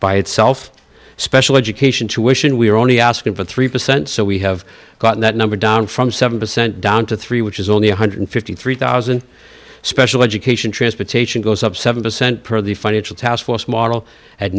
by itself special education tuition we're only asking for three percent so we have gotten that number down from seven percent down to three which is only one hundred and fifty three thousand dollars special education transportation goes up seven percent per the financial taskforce model at